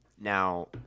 now